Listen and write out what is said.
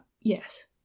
yes